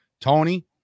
Tony